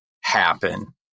happen